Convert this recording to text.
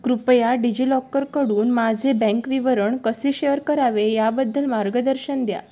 कृपया डिजिलॉकरकडून माझे बँक विवरण कसे शेअर करावे याबद्दल मार्गदर्शन द्या